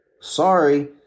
Sorry